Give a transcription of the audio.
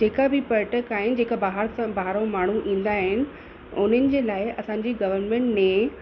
जेका बि पर्यटक आहिबि जेका ॿाहिरि सां ॿाहिरूं माण्हू ईंदा आहिनि उन्हनि जे लाइ असांजी गवर्मेंट ने